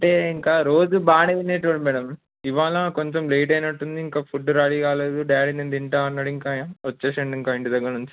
అంటే ఇంకా రోజు బాగా తినేవాడు మ్యాడమ్ ఇవాళ కొంచెం లేట్ అయినట్టు ఉంది ఇంకా ఫుడ్ రెడీ కాలేదు డాడీ నేను తింటాను అన్నాడు ఇంకా వచ్చేసిండు ఇంక ఇంటి దగ్గర నుంచి